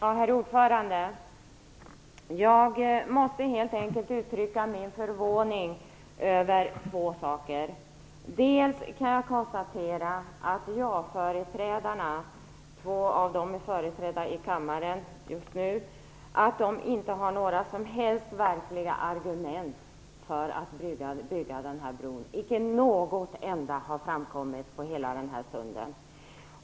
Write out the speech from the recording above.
Herr talman! Jag måste helt enkelt uttrycka min förvåning över två seker. Först kan jag konstatera att ja-företrädarna - två av dem är representerade i kammaren just nu - inte har några som helst verkliga argument för att bygga bron. Icke något sådant argument har framkommit under hela denna stund.